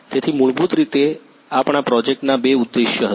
તેથી મૂળભૂત રીતે આપણા પ્રોજેક્ટના બે ઉદ્દેશ્ય હતા